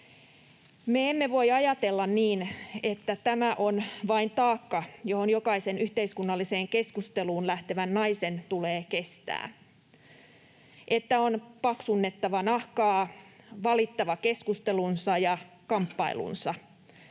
Me emme voi ajatella niin, että tämä on vain taakka, joka jokaisen yhteiskunnalliseen keskusteluun lähtevän naisen tulee kestää; että on paksunnettava nahkaa, valittava keskustelunsa ja kamppailunsa;